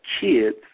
kids